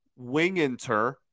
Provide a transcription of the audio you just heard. Winginter